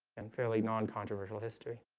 and fairly non-controversial history